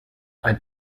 ein